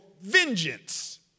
vengeance